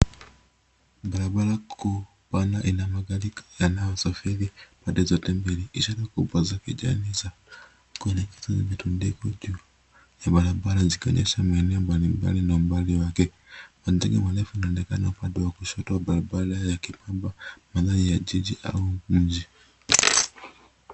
Barabara kuu pana ina magari kadhaa yanayosafiri pande zote mbili. Ishara kubwa za kijani za kuelekezwa zimetundikwa juu ya barabara zikionyesha eneo mbalimbali na umbali wake. Majani marefu yanaonekana upande wa kushoto wa barabara yakipamba mandhari ya jiji au mji.